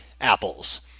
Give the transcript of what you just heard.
apples